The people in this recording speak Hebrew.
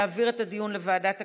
להעביר את הדיון לוועדת הכספים.